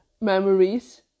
memories